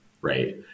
right